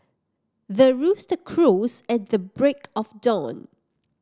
the rooster crows at the break of dawn